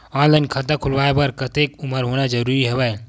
Online खाता खुलवाय बर कतेक उमर होना जरूरी हवय?